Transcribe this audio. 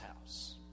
house